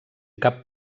cap